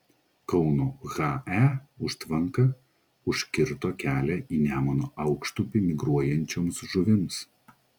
kauno he užtvanka užkirto kelią į nemuno aukštupį migruojančioms žuvims